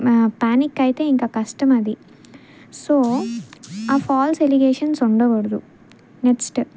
panic అయితే ఇంక కష్టం అది సో ఆ ఫాల్స్ ఎలిగేషన్స్ ఉండకూడదు నెక్స్ట్